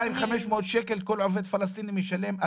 2,500 שקלים כל עובד פלסטיני משלם.